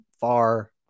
far